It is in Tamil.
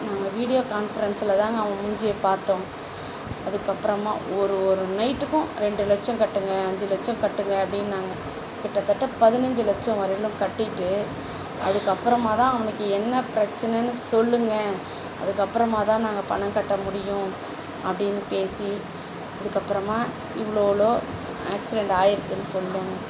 நாங்கள் வீடியோ கான்ஃப்ரன்சில் தாங்க அவன் மூஞ்சிய பார்த்தோம் அதுக்கப்புறமா ஒரு ஒரு நைட்டுக்கும் ரெண்டு லட்சம் கட்டுங்கள் அஞ்சு லட்சம் கட்டுங்கள் அப்படின்னாங்க கிட்டத்தட்ட பதினஞ்சு லட்சம் வரையிலும் கட்டிட்டு அதுக்கப்பறமா தான் அவனுக்கு என்ன பிரச்சினைன்னு சொல்லுங்கள் அதுக்கப்புறமா தான் நாங்கள் பணம் கட்ட முடியும் அப்படின்னு பேசி அதுக்கப்புறமா இவ்வளோ இவ்வளோ ஆக்சிடென்ட் ஆகிருக்குன்னு சொன்னாங்கள்